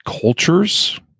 cultures